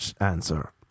answer